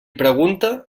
pregunta